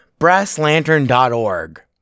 BrassLantern.org